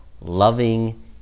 loving